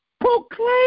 proclaim